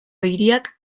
hiriak